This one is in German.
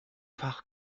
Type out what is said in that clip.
fach